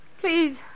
Please